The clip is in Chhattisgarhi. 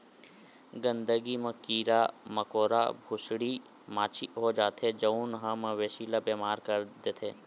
गंदगी म कीरा मकोरा, भूसड़ी, माछी हो जाथे जउन ह मवेशी ल बेमार कर देथे